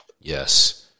Yes